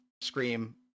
scream